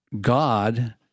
God